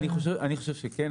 אני חושב שכן.